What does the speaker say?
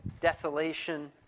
desolation